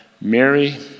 Mary